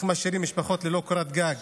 איך משאירים משפחות ללא קורת גג.